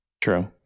true